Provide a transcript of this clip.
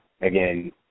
Again